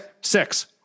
Six